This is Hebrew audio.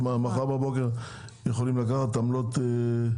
מחר בבוקר הם יכולים לקחת עמלות?